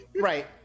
Right